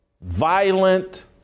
violent